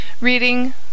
Reading